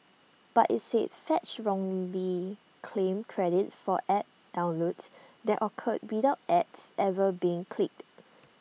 but IT said fetch wrongly claimed credit for app downloads that occurred without ads ever being clicked